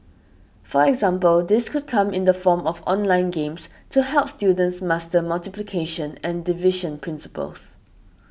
for example this could come in the form of online games to help students master multiplication and division principles